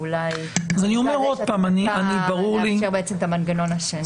אז לאפשר בעצם את המנגנון השני.